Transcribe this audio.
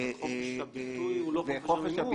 חופש הביטוי הוא לא חופש המימון.